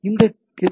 அந்த ஹெச்